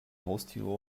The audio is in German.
haustiere